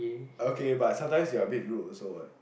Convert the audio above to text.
okay but sometimes you're a bit rude also what